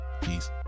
Peace